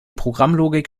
programmlogik